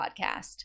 podcast